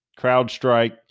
CrowdStrike